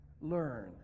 Learn